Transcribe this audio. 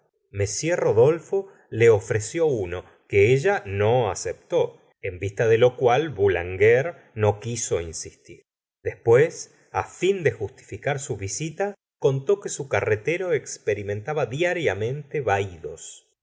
rodolfo le ofreció uno que ella no aceptó en vista de lo cual boulanger no quiso insistir después fin de justificar su visita contó que su carretero experimentaba diariamente vahidos ya